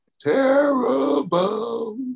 Terrible